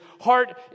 heart